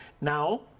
Now